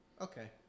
Okay